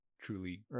truly